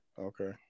Okay